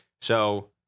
So-